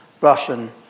Russian